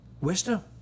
wisdom